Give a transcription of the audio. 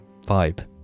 vibe